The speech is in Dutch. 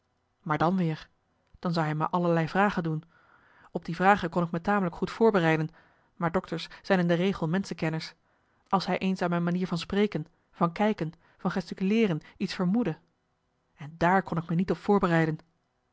maar dan weer dan zou hij me allerlei vragen doen op die vragen kon ik me tamelijk goed voorbereiden maar dokters zijn in de regel menschenkenners als hij eens aan mijn manier van spreken van kijken van gesticuleeren iets vermoedde en daar kon ik me niet op voorbereiden